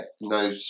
no